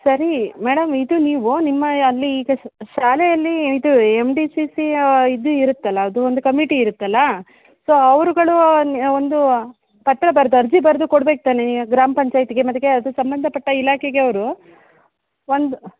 ಸರಿ ಮೇಡಮ್ ಇದು ನೀವು ನಿಮ್ಮ ಅಲ್ಲಿ ಈಗ ಸ ಶಾಲೆಯಲ್ಲಿ ಇದು ಎಮ್ ಡಿ ಸಿ ಸಿಯ ಇದು ಇರುತ್ತಲ್ವ ಅದು ಒಂದು ಕಮಿಟಿ ಇರುತ್ತಲ್ವ ಸೊ ಅವರುಗಳು ಒಂದು ಪತ್ರ ಬರ್ದು ಅರ್ಜಿ ಬರೆದು ಕೊಡ್ಬೇಕು ತಾನೆ ನೀವು ಗ್ರಾಮ ಪಂಚಾಯತಿಗೆ ಮತ್ತೆ ಅದಕ್ಕೆ ಸಂಬಂಧಪಟ್ಟ ಇಲಾಖೆಗೆ ಅವರು ಒಂದು